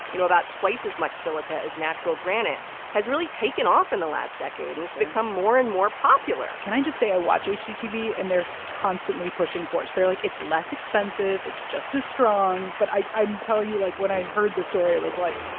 you know, about twice as much silica as natural granite has really taken off in the last decade. and it's become more and more popular can i just say i watch hgtv, and they're so constantly pushing quartz. they're like, it's less expensive. it's just as strong. but i'm telling you, like, when i heard the story, it was like,